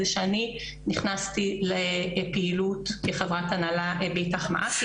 זה שאני נכנסתי לפעילות כחברת הנהלה ב"אית"ך-מעכי"